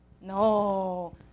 No